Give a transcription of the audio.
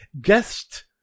Guest